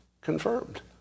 Confirmed